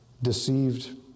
deceived